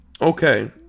Okay